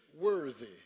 worthy